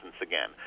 again